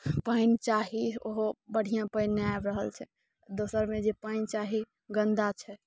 पानि चाही ओहो बढ़िआँ पानि आबि रहल छै दोसरमे जे पानि चाही गन्दा छै